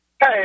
Hey